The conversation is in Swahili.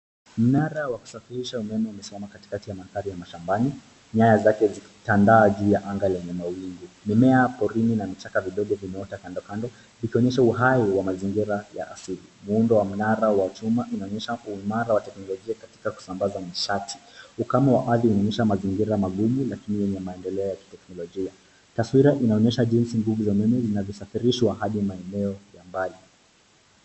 Mnara wa kusafirisha umeme umesimama katikati ya mandhari ya mashambani, nyaya zake zikitandaa juu ya anga lenye mawingu. Mimea ya porini na michaka vidogo vimeota kando kando, ikiwaonyesha uhai wa mazingira ya asili. Muundo wa mnara wa chuma inaonyesha uimara wa teknolojia katika kusambaza nishati. Ukame wa ardhi unaonyesha mazingira magumu lakini yenye maendeleo ya kiteknolojia. Taswira inaonyesha jinsi nguvu za umeme zinavyosafirishwa hadi maeneo ya mbali.